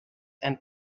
and